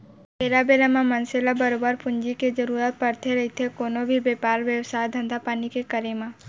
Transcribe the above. बेरा बेरा म मनसे ल बरोबर पूंजी के जरुरत पड़थे रहिथे कोनो भी बेपार बेवसाय, धंधापानी के करे म